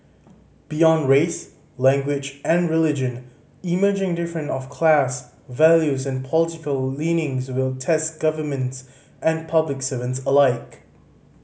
beyond race language and religion emerging different of class values and political leanings will test governments and public servants alike